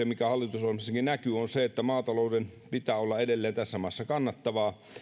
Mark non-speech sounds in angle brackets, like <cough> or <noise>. <unintelligible> mikä hallitusohjelmassakin näkyy että maatalouden pitää olla edelleen tässä maassa kannattavaa